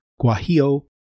guajillo